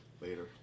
Later